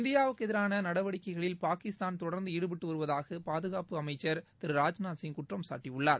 இந்தியாவுக்கு எதிரான நடவடிக்கைகளில் பாகிஸ்தான் தொடர்ந்து ஈடுபட்டு வருவதாக பாதுகாப்பு துறை அமைச்சர் திரு ராஜ்நாத் சிங் குற்றம் சாட்டியுள்ளார்